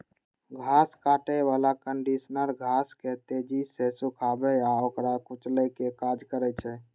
घास काटै बला कंडीशनर घास के तेजी सं सुखाबै आ ओकरा कुचलै के काज करै छै